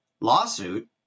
lawsuit